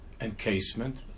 encasement